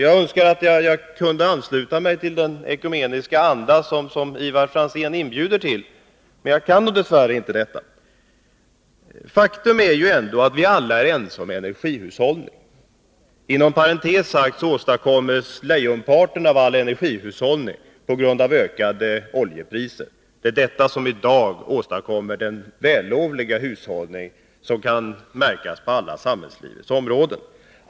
Jag önskar att jag kunde ansluta mig till Ivar Franzéns förhoppningar men jag kan dess värre inte det. Faktum är ju att vi alla är ense om energihushållningen. Inom parentes sagt inträffar lejonparten av all energihushållning på grund av ökade oljepriser. Det är dessa som i dag åstadkommer den vällovliga hushållning som kan märkas på alla samhällslivets områden.